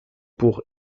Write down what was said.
pour